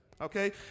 okay